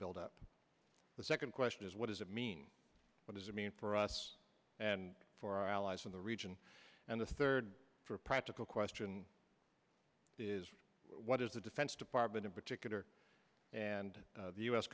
buildup the second question is what does it mean what does it mean for us and for our allies in the region and the third for a practical question is what is the defense department in particular and the u